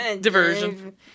Diversion